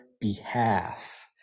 behalf